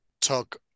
took